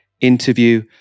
interview